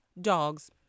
dogs